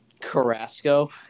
Carrasco